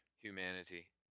Humanity